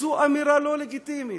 זו אמירה לא לגיטימית.